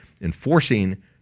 enforcing